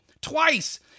twice